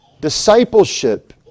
discipleship